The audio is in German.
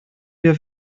wir